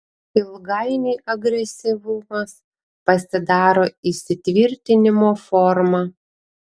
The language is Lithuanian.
ilgainiui agresyvumas pasidaro įsitvirtinimo forma